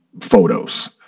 photos